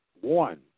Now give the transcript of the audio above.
one